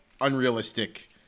unrealistic